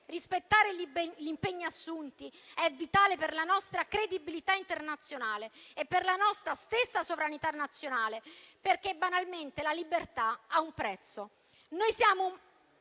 rispettare gli impegni assunti è vitale per la nostra credibilità internazionale e per la nostra stessa sovranità nazionale, perché, banalmente, la libertà ha un prezzo.